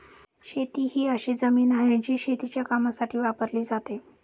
शेती ही अशी जमीन आहे, जी शेतीच्या कामासाठी वापरली जाते